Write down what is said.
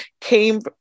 came